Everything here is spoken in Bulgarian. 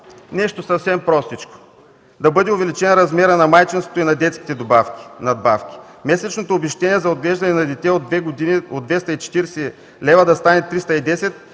Нещо съвсем простичко – да бъде увеличен размерът на майчинството и на детските надбавки. Месечното обезщетение за отглеждане на дете до две години от 240 лв. да стане 310 лв.